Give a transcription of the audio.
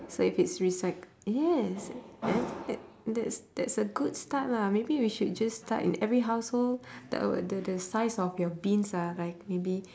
so if it's recyc~ yes that that that's that's a good start lah maybe we should just start in every household the the the size of your bins are like maybe